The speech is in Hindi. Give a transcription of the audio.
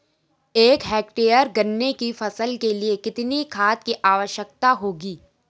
एक हेक्टेयर गन्ने की फसल के लिए कितनी खाद की आवश्यकता होगी?